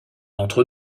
entre